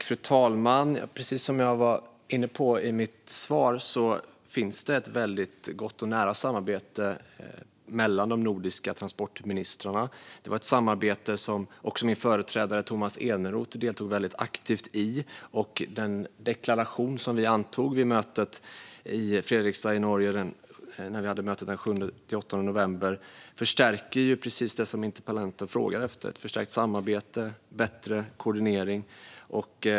Fru talman! Som jag var inne på i mitt svar finns det ett väldigt gott och nära samarbete mellan de nordiska transportministrarna. Det är ett samarbete som också min företrädare Tomas Eneroth deltog väldigt aktivt i. Den deklaration som vi antog vid mötet i Fredrikstad i Norge den 7-8 november avser just det som interpellanten frågar efter: förstärkt samarbete och bättre koordinering.